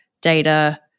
data